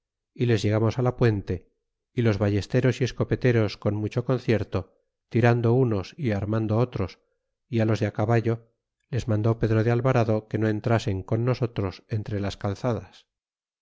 y les llegamos la puente y los vallesteros y escopeteros con mucho con cierto tirando unos y armando otros y los de caballo les mandó pedro de alvarado que no entrasen con nosotros entre las calzadas